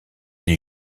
des